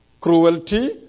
cruelty